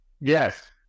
Yes